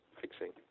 fixing